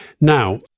Now